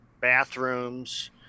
bathrooms